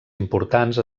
importants